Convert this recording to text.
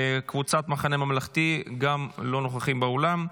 קבוצת המחנה הממלכתי, לא נוכחים באולם.